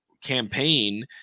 campaign